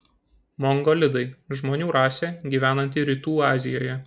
mongolidai žmonių rasė gyvenanti rytų azijoje